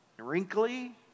wrinkly